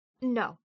No